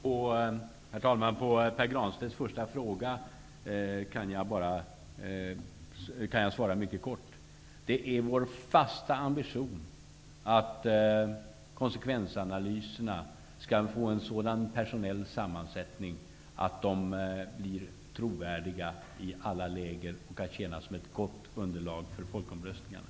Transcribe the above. Herr talman! På Pär Granstedts första fråga kan jag svara mycket kort: Det är vår fasta ambition att konsekvensanalyserna skall få en sådan personell sammansättning att de blir trovärdiga i alla läger och kan tjäna som ett gott underlag för folkomröstningarna.